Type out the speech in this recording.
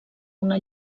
una